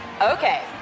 Okay